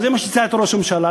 וזה מה שהצעתי לראש הממשלה,